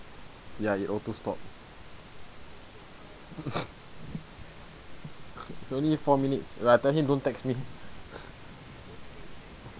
ya it auto stop it's only four minutes ya I tell him don't text me